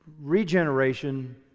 regeneration